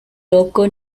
loco